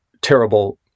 terrible